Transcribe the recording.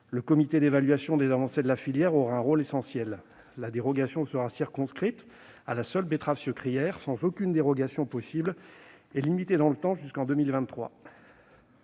Le comité d'évaluation des avancées de la filière aura un rôle essentiel : la dérogation sera circonscrite à la seule betterave sucrière et limitée dans le temps, jusqu'en 2023.